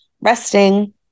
resting